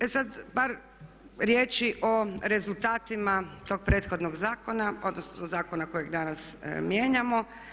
E sad par riječi o rezultatima tog prethodnog zakona, odnosno zakona kojeg danas mijenjamo.